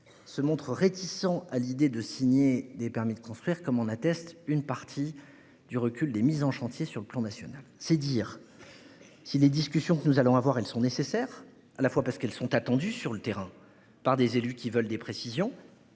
se montrent réticents à l'idée de signer des permis de construire, comme en atteste une partie du recul des mises en chantier sur le plan national, c'est dire. Si les discussions que nous allons avoir, elles sont nécessaires à la fois parce qu'elles sont attendus sur le terrain par des élus qui veulent des précisions.